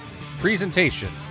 presentation